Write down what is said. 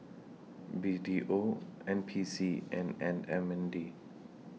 B T O N P C and N M N D